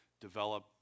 develop